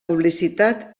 publicitat